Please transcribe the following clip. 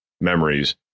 memories